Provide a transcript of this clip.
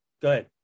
good